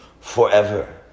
forever